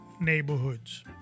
neighborhoods